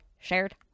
shared